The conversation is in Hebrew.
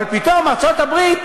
אבל פתאום ארצות-הברית,